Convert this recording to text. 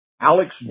Alex